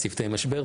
צוותי משבר,